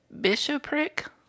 bishopric